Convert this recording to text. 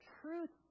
truth